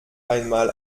einmal